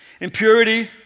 impurity